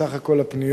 מסך כל הפניות,